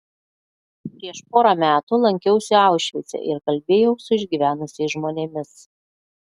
prieš porą metų lankiausi aušvice ir kalbėjau su išgyvenusiais žmonėmis